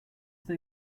they